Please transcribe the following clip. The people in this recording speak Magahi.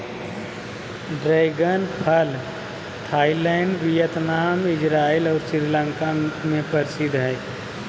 ड्रैगन फल थाईलैंड वियतनाम, इजराइल और श्रीलंका में प्रसिद्ध हइ